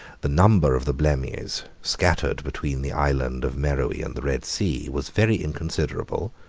the number of the blemmyes, scattered between the island of meroe and the red sea, was very inconsiderable,